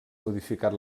modificat